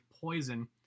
poison